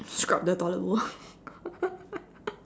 scrub the toilet bowl